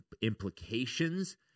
implications